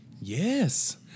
Yes